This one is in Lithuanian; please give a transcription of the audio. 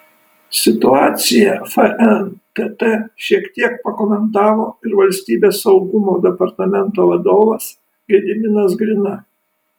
situaciją fntt šiek tiek pakomentavo ir valstybės saugumo departamento vadovas gediminas grina